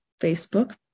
Facebook